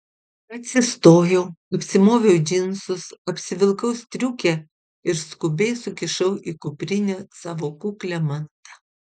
atsistojau apsimoviau džinsus apsivilkau striukę ir skubiai sukišau į kuprinę savo kuklią mantą